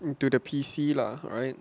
into the P_C lah right